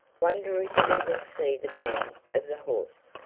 wonder if we will see the man of the horse?